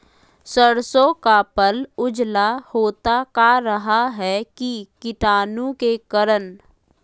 सरसो का पल उजला होता का रहा है की कीटाणु के करण?